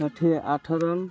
ଷାଠିଏ ଆଠ ରନ୍